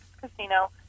Casino